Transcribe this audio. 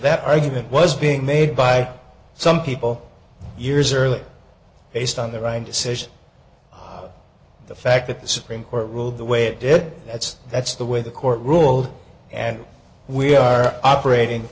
that argument was being made by some people years earlier based on the right decision the fact that the supreme court ruled the way it did that's that's the way the court ruled and we are operating